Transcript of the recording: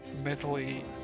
mentally